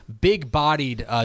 big-bodied